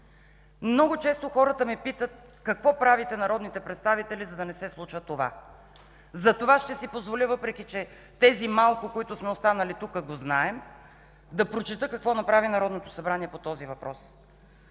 Много често хората ме питат: „Какво правите народните представители, за да не се случва това?” Затова ще си позволя, въпреки че малкото, които сме тук, го знаем, да прочета какво направи Народното събрание по този въпрос.